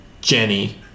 Jenny